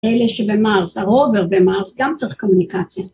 ‫אלה שבמארס, הרובר במארס ‫גם צריך קומוניקציה.